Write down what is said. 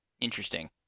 Interesting